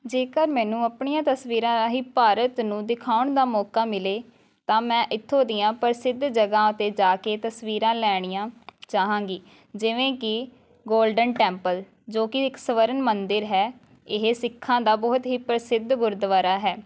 ਜੇਕਰ ਮੈਨੂੰ ਆਪਣੀਆਂ ਤਸਵੀਰਾਂ ਰਾਹੀਂ ਭਾਰਤ ਨੂੰ ਦਿਖਾਉਣ ਦਾ ਮੌਕਾ ਮਿਲੇ ਤਾਂ ਮੈਂ ਇੱਥੋਂ ਦੀਆਂ ਪ੍ਰਸਿੱਧ ਜਗ੍ਹਾ 'ਤੇ ਜਾ ਕੇ ਤਸਵੀਰਾਂ ਲੈਣੀਆਂ ਚਾਹਾਂਗੀ ਜਿਵੇਂ ਕਿ ਗੋਲਡਨ ਟੈਂਪਲ ਜੋ ਕਿ ਇੱਕ ਸਵਰਨ ਮੰਦਰ ਹੈ ਇਹ ਸਿੱਖਾਂ ਦਾ ਬਹੁਤ ਹੀ ਪ੍ਰਸਿੱਧ ਗੁਰਦੁਆਰਾ ਹੈ